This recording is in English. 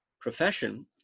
profession